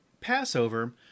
Passover